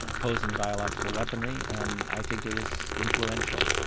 posing biological weaponry and i think it was influential.